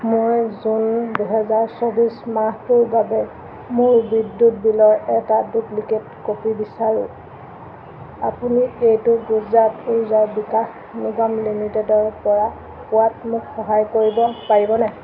মই জুন দুহেজাৰ চৌব্বিছ মাহটোৰ বাবে মোৰ বিদ্যুৎ বিলৰ এটা ডুপ্লিকেট কপি বিচাৰোঁ আপুনি এইটো গুজৰাট উৰ্জা বিকাশ নিগম লিমিটেডৰ পৰা পোৱাত মোক সহায় কৰিব পাৰিবনে